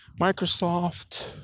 Microsoft